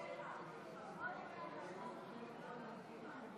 תוצאות ההצבעה: